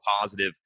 positive